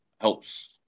helps